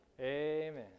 Amen